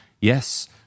Yes